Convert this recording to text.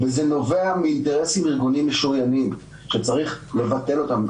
וזה נובע מאינטרסים ארגוניים משוריינים שצריך לבטל אותם.